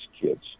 kids